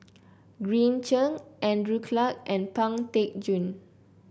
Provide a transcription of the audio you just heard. Green Zeng Andrew Clarke and Pang Teck Joon